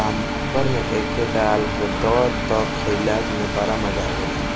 सांभर में एके डाल के बना दअ तअ खाइला में बड़ा मजा आवेला